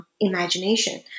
imagination